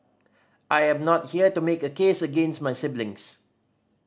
I am not here to make a case against my siblings